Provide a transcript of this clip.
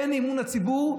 אין אמון של הציבור,